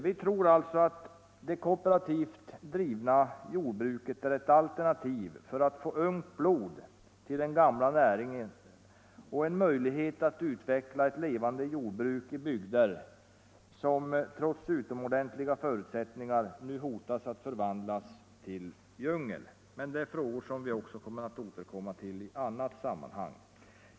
Vi tror alltså att det kooperativt drivna jordbruket är alternativ för att få ungt blod till den gamla näringen och en möjlighet att utveckla ett levande jordbruk i bygder som trots utomordentliga förutsättningar hotar att förvandlas till djungel. Men det är också frågor som vi vill återkomma till i annat sammanhang.